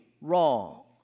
wrong